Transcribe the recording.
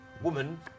Woman